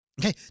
Okay